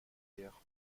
prière